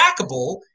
trackable –